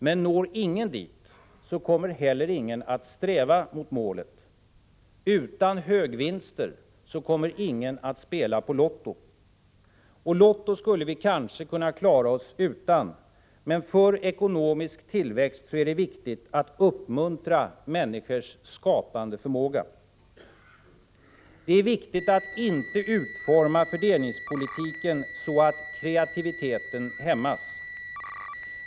Men når ingen dit kommer heller ingen att sträva mot målet. Utan högvinster spelar inga på Lotto. Lotto kunde vi kanske klara oss utan, men för ekonomisk tillväxt är det viktigt att uppmuntra människors skapande förmåga. 14 Det är viktigt att inte utforma fördelningspolitiken så att kreativiteten hämmas.